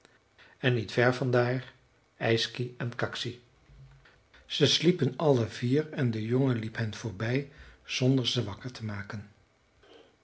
en niet ver van daar yksi en kaksi ze sliepen alle vier en de jongen liep hen voorbij zonder ze wakker te maken